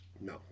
No